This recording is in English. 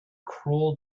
cruel